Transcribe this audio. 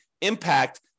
impact